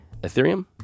Ethereum